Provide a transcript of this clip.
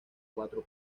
cuatro